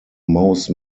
most